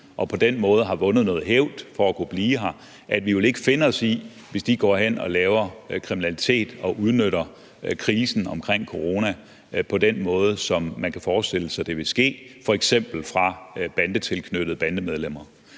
og på den måde har vundet hævd på at kunne blive her, og vi vil ikke finde os i, hvis de går hen og laver kriminalitet og udnytter krisen omkring corona på den måde, som man kan forestille sig det vil ske på fra f.eks. bandetilknyttede bandemedlemmers